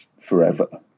forever